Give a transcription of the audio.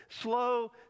slow